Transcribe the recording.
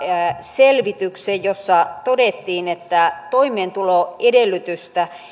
selvityksen jossa todettiin että toimeentuloedellytystä